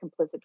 complicit